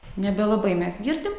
nebelabai mes girdim